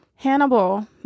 Hannibal